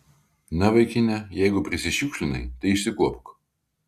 na vaikine jeigu prisišiukšlinai tai išsikuopk